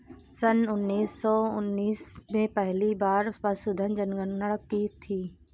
सन उन्नीस सौ उन्नीस में पहली बार पशुधन जनगणना की गई थी